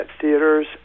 theaters